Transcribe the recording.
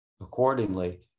accordingly